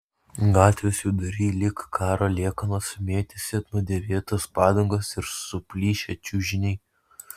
gatvės vidury lyg karo liekanos mėtėsi nudėvėtos padangos ir suplyšę čiužiniai